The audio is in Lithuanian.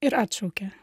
ir atšaukė